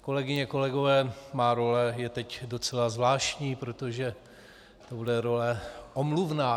Kolegyně, kolegové, má role je teď docela zvláštní, protože to bude role omluvná.